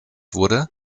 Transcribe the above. wurde